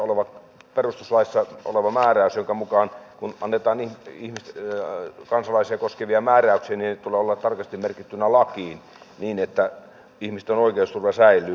tämän perustuslaissa olevan määräyksen mukaan kun annetaan kansalaisia koskevia määräyksiä sen tulee olla tarkasti merkittynä lakiin niin että ihmisten oikeusturva säilyy